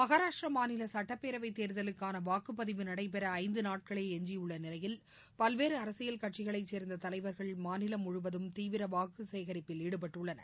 மகாராஷ்டிர மாநில சுட்டப் பேரவைத் தேர்தலுக்கான வாக்குப் பதிவு நடைபெற ஐந்து நாட்களே எஞ்சியுள்ள நிலையில் பல்வேறு அரசியல் கட்சிகளை சேர்ந்த தலைவர்கள் மாநிலம் முழுவதும் தீவிர வாக்கு சேகரிப்பில் ஈடுபட்டுள்ளனர்